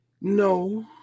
No